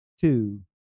two